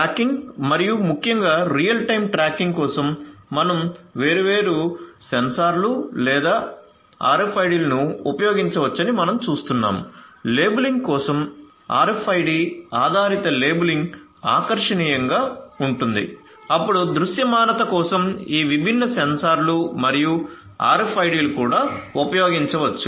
tracking మరియు ముఖ్యంగా real time tracking కోసం మనం వేర్వేరు సెన్సార్లు లేదా RFID లను ఉపయోగించవచ్చని మనం చూస్తున్నాము లేబులింగ్ కోసం RFID ఆధారిత లేబులింగ్ ఆకర్షణీయంగా ఉంటుంది అప్పుడు దృశ్యమానత కోసం ఈ విభిన్న సెన్సార్లు మరియు RFID లు కూడా ఉపయోగించవచ్చు